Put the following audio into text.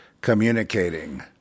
communicating